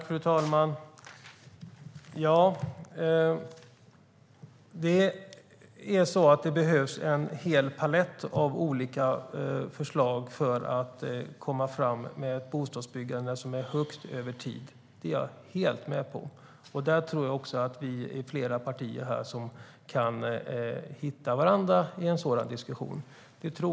Fru talman! Det behövs som sagt en hel palett av olika förslag för att komma fram med ett bostadsbyggande som är högt över tid. Det är jag helt med på, och jag tror att vi är flera partier här som kan hitta varandra i en sådan diskussion.